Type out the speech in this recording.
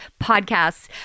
podcasts